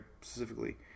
specifically